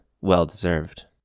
well-deserved